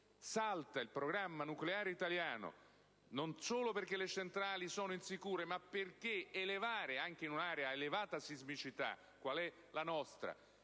salta il programma nucleare italiano non solo perché le centrali sono insicure, ma perché l'innalzamento, peraltro in un'area ad elevata sismicità qual è la nostra,